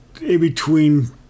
in-between